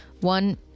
one